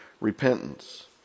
repentance